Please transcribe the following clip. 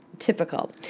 Typical